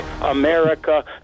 America